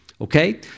Okay